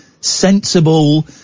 sensible